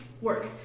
work